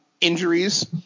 injuries